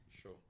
Sure